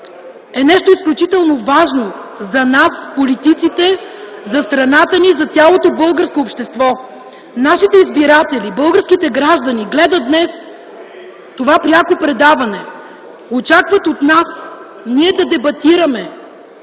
е нещо изключително важно за нас, политиците, за страната ни, за цялото българско общество. Нашите избиратели, българските граждани, гледат днес това пряко предаване, очакват от нас ние да дебатираме